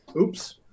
oops